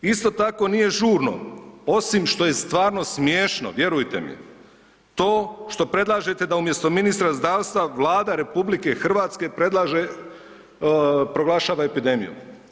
Isto tako nije žurno osim što je stvarno smiješno, vjerujte mi, to što predlažete da umjesto ministra zdravstva Vlada RH predlaže, proglašava epidemiju.